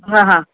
हां हां